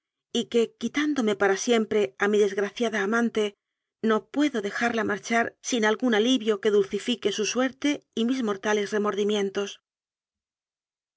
y que quitándome para siempre a mi des graciada amante no puedo dejarla marchar sin algún alivio que dulcifique su suerte y mis mor tales remordimientos